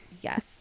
yes